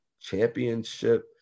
championship